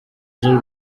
z’u